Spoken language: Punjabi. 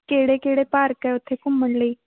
ਕਿਹੜੇ ਕਿਹੜੇ ਪਾਰਕ ਹੈ ਉੱਥੇ ਘੁੰਮਣ ਲਈ